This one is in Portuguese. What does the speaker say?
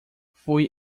fui